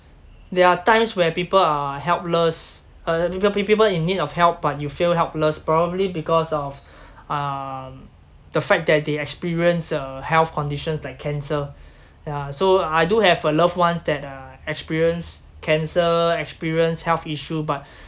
there are times where people are helpless uh people people in need of help but you feel helpless probably because of uh the fact that they experienced uh health conditions like cancer yeah so I do have uh loved ones that uh experienced cancer experienced health issue but